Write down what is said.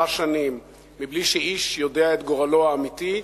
שנים מבלי שאיש יודע מה גורלו האמיתי,